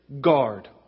guard